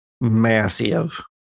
massive